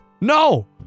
No